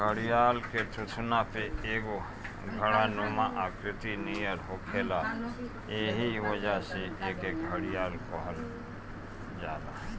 घड़ियाल के थुथुना पे एगो घड़ानुमा आकृति नियर होखेला एही वजह से एके घड़ियाल कहल जाला